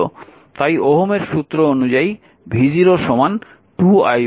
তাই ওহমের সূত্র অনুযায়ী v0 2 i1